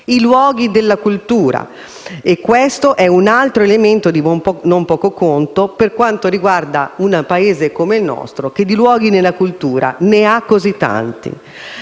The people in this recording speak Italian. i luoghi della cultura e questo è un altro elemento di non poco conto per quanto riguarda un Paese come il nostro che di luoghi della cultura ne ha così tanti.